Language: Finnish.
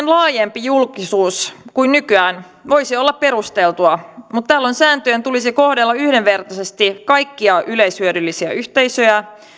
laajempi julkisuus voisi olla perusteltua mutta tällöin sääntöjen tulisi kohdella yhdenvertaisesti kaikkia yleishyödyllisiä yhteisöjä